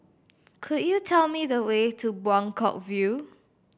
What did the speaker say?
could you tell me the way to Buangkok View